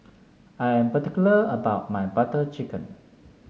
I'm particular about my Butter Chicken